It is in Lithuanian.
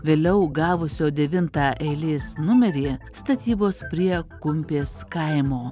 vėliau gavusio devintą eilės numerį statybos prie kumpės kaimo